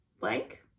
blank